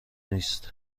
نیست